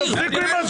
תפסיקו עם הדבר הזה.